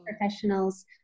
professionals